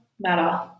matter